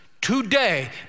today